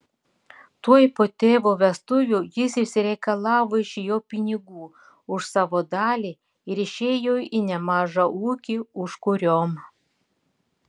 tuoj po tėvo vestuvių jis išsireikalavo iš jo pinigų už savo dalį ir išėjo į nemažą ūkį užkuriom